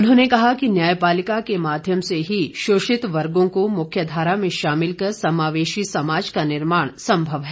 उन्होंने कहा कि न्यायपालिका के माध्यम से ही शोषित वर्गों को मुख्य धारा में शामिल कर समावेशी समाज का निर्माण संभव है